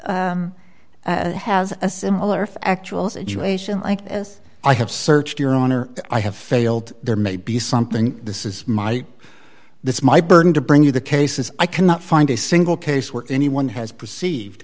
has a similar factual situation like this i have searched your honor i have failed there may be something this is my this my burden to bring you the cases i cannot find a single case where anyone has perceived